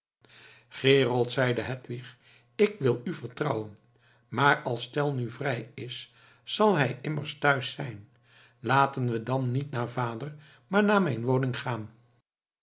gerold zeide hedwig ik wil u vertrouwen maar als tell nu vrij is zal hij immers thuis zijn laten we dan niet naar vader maar naar mijne woning gaan